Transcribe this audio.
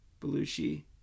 Belushi